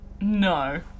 No